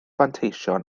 fanteision